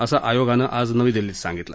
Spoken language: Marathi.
असं आयोगानं आज नवी दिल्लीत सांगितलं